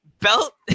Belt